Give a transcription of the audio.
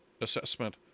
assessment